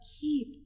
keep